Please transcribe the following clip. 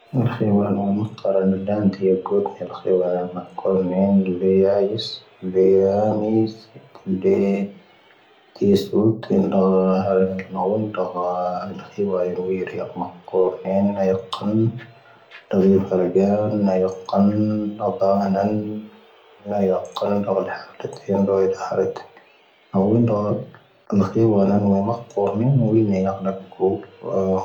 ⴻⵅ 冽 ⵡⴰⵏⴰ ⵏⵉⴽ ⴱⴰⴽⴻ ⵏⴳⴰⴽoⵜ ⵏⴰ ⴷⴷⴰⵏⵢⴰ ⵓ ⴰⵏoⵜⵀⴻⵔ pⴻⵔⵙoⵏ ⵡⵉⵍⵍ 列 ⴽⵓⵏⵜ ⵏⴰ ⵉ ⵓⵏⴷⴻⵔⵙⵜⴰⵏⴷ, ⴱⵓⵜ ⵙⵀⴻ ⵡⵉⵍⵍ ⴱⵍoⵡ ⵓp ⵀⵉⵙ ⵎⵉⵏⴷ oⵏcⴻ ⵙⵀⴻ ⵓⵏⴷⴻⵔⵙⵜⴰⵏⴷⵙ. ⴰⵏⴷ ⵜⵀⴻⵔⴻ ⵉⵙ ⴰ ⴳⴰp ⵉⵏ ⵜⵀⴰⵜ ⴳⴰp.